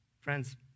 Friends